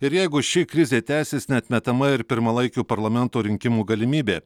ir jeigu ši krizė tęsis neatmetama ir pirmalaikių parlamento rinkimų galimybė